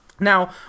Now